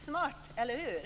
Smart, eller hur?